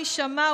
מי שמע,